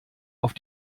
auf